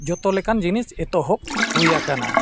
ᱡᱷᱚᱛᱚ ᱞᱮᱠᱟᱱ ᱡᱤᱱᱤᱥ ᱮᱛᱚᱦᱚᱵ ᱦᱩᱭ ᱟᱠᱟᱱᱟ